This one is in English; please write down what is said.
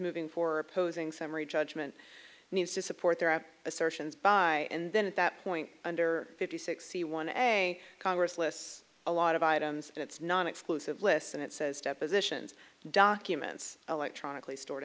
moving for opposing summary judgment needs to support their assertions by and then at that point under fifty sixty one a congress lists a lot of items in its non exclusive list and it says depositions documents electronically stored